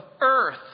earth